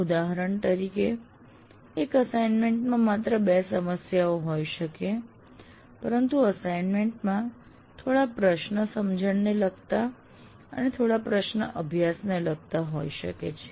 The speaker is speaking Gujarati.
ઉદાહરણ તરીકે એક એસાઈનમેન્ટ માં માત્ર 2 સમસ્યાઓ હોય શકે છે પરંતુ અસાઇનમેન્ટ માં થોડા પ્રશ્ન સમજણને લગતા અને થોડા પ્રશ્ન અભ્યાસને લગતા હોઈ શકે છે